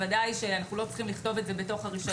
אנחנו לא צריכים לכתוב את זה בתוך הרישיון.